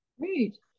Great